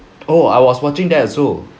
oh I was watching that also